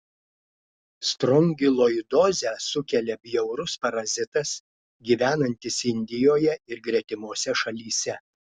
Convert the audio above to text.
strongiloidozę sukelia bjaurus parazitas gyvenantis indijoje ir gretimose šalyse